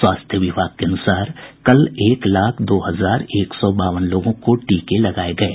स्वास्थ्य विभाग के अनुसार कल एक लाख दो हजार एक सौ बावन लोगों को टीके लगाये गये